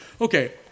okay